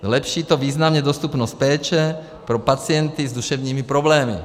Zlepší to významně dostupnost péče pro pacienty s duševními problémy.